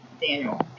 Daniel